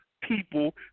people